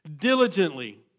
diligently